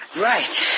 Right